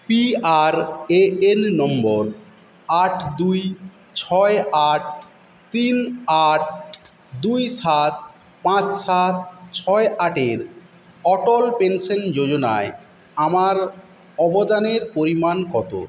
PRAN নম্বর আট দুই ছয় আট তিন আট দুই সাত পাঁচ সাত ছয় আটের অটল পেনশন যোজনায় আমার অবদানের পরিমাণ কত